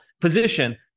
position